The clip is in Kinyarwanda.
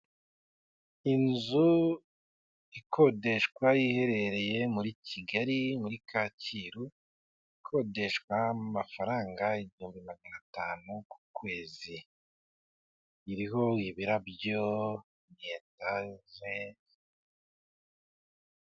Inzu ikodeshwa iherereye muri Kigali muri Kacyiru, ikodeshwa mafaranga igihumbi magana atanu ku kwezi, iriho ibirabyo ni etaje.